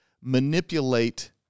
manipulate